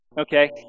okay